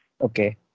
okay